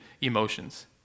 emotions